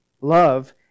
Love